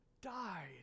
died